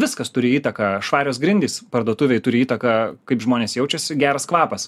viskas turi įtaką švarios grindys parduotuvėj turi įtaką kaip žmonės jaučiasi geras kvapas